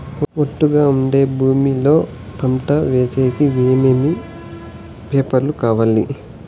ఒట్టుగా ఉండే భూమి లో పంట వేసేకి ఏమేమి పేపర్లు కావాలి?